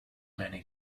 many